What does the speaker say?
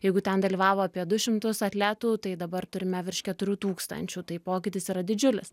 jeigu ten dalyvavo apie du šimtus atletų tai dabar turime virš keturių tūkstančių tai pokytis yra didžiulis